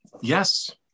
yes